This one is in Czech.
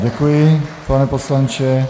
Děkuji vám, pane poslanče.